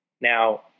Now